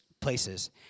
places